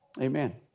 amen